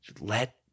let